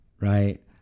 right